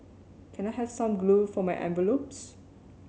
can I have some glue for my envelopes